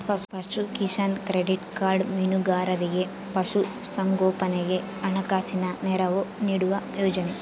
ಪಶುಕಿಸಾನ್ credit card ಮೀನುಗಾರರಿಗೆ ಪಶು ಸಂಗೋಪನೆಗೆ ಹಣಕಾಸಿನ ನೆರವು ನೀಡುವ ಯೋಜನೆ